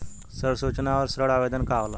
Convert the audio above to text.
ऋण सूचना और ऋण आवेदन का होला?